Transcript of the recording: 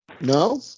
No